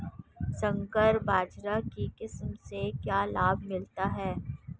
संकर बाजरा की किस्म से क्या लाभ मिलता है?